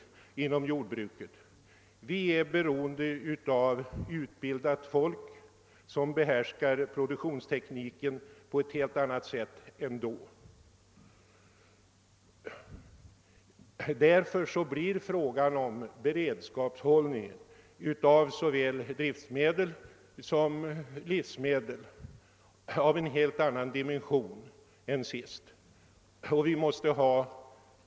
Vi är nu mycket mer beroende av utbildat folk som behärskar produktionstekniken. Därför blir frågan om beredskapshållning av såväl produktionsmedel som livsmedel av en helt annan dimension i dag än den var under det senaste kriget.